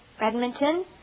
Edmonton